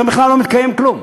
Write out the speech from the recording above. שם בכלל לא מתקיים כלום.